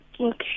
Okay